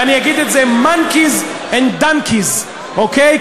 ואני אגיד את זה: monkeys and donkeys, אוקיי?